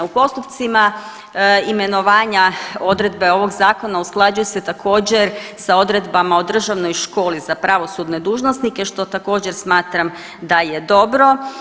U postupcima imenovanja odredbe ovog zakon usklađuje se također sa odredbama o Državnoj školi za pravosudne dužnosnike što također smatram da je dobro.